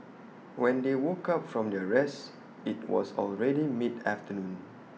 when they woke up from their rest IT was already mid afternoon